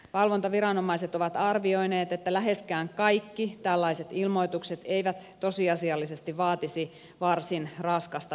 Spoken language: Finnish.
valvontaviranomaiset ovat arvioineet että läheskään kaikki tällaiset ilmoitukset eivät tosiasiallisesti vaatisi varsin raskasta viranomaiskäsittelyä